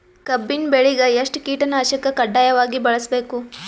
ಕಬ್ಬಿನ್ ಬೆಳಿಗ ಎಷ್ಟ ಕೀಟನಾಶಕ ಕಡ್ಡಾಯವಾಗಿ ಬಳಸಬೇಕು?